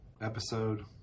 episode